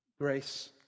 Grace